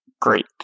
Great